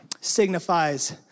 signifies